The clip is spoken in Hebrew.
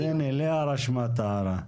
אז הנה, לאה רשמה את ההערה.